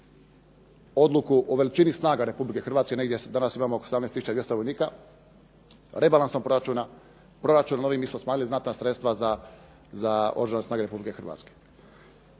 odluku o veličini snaga Republike Hrvatske. Negdje danas imamo oko 18200 vojnika rebalansom proračuna, proračunom novim mi smo smanjili znatna sredstva za Oružane snage Republike Hrvatske.